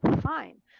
fine